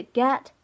get